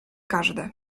każde